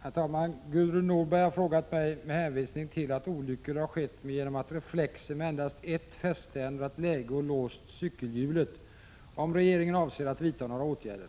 Herr talman! Gudrun Norberg har frågat mig, med hänvisning till att olyckor har skett genom att reflexer med endast ett fäste ändrat läge och låst cykelhjulet, om regeringen avser att vidta några åtgärder.